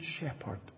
shepherd